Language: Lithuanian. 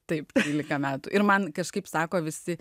taip trylika metų ir man kažkaip sako visi